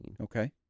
Okay